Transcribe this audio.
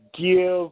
give